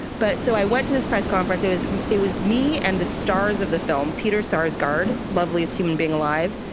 but so i went to this press conference, it was it was me and the stars of the film, peter sarsgaard, loveliest human being alive,